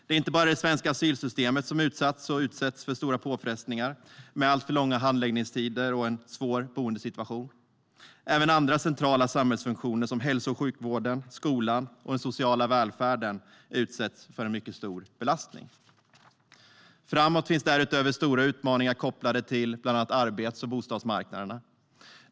Det är inte bara det svenska asylsystemet som utsatts och utsätts för stora påfrestningar, med alltför långa handläggningstider och en svår boendesituation. Även andra centrala samhällsfunktioner, som hälso och sjukvården, skolan och den sociala välfärden, utsätts för en mycket stor belastning. Framöver finns därutöver stora utmaningar kopplade till bland annat arbets och bostadsmarknaderna.